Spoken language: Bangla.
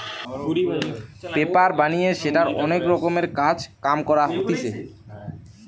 পেপার বানিয়ে সেটার অনেক রকমের কাজ কাম করা হতিছে